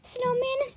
Snowman